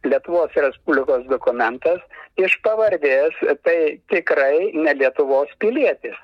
lietuvos respublikos dokumentas iš pavardės tai tikrai ne lietuvos pilietis